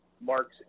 marks